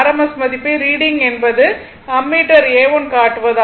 S மதிப்பை reading என்பது ammeter A1 காட்டுவது ஆகும்